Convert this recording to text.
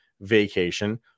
vacation